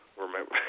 remember